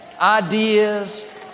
ideas